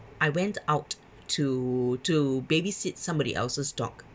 I went out to to babysit somebody else's dog